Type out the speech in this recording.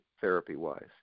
therapy-wise